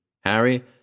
Harry